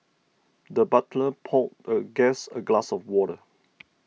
the butler poured a guest a glass of water